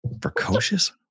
Precocious